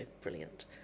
brilliant